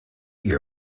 your